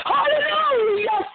Hallelujah